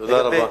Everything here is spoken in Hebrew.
תודה רבה.